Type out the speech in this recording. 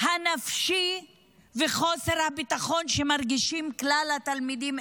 הנפשי ולחוסר הביטחון שמרגישים כלל התלמידים,